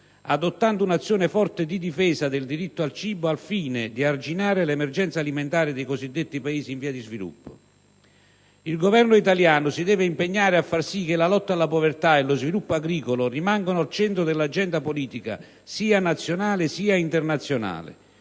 adottando un'azione forte di difesa del diritto al cibo, al fine di arginare l'emergenza alimentare dei cosiddetti Paesi in via di sviluppo. Il Governo italiano si deve impegnare a far sì che la lotta alla povertà e lo sviluppo agricolo rimangano al centro dell'agenda politica sia nazionale sia internazionale